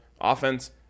offense